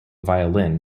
violin